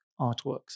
artworks